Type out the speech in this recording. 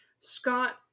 Scott